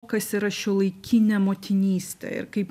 kas yra šiuolaikinė motinystė ir kaip